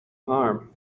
harm